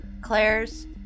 Claire's